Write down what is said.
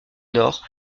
nord